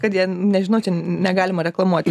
kad jie nežinau čia negalima reklamuoti